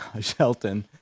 Shelton